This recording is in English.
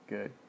Good